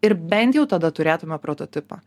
ir bent jau tada turėtume prototipą